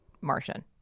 martian